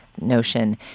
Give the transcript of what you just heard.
notion